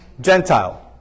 Gentile